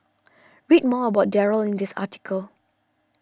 read more about Darryl in this article